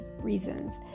reasons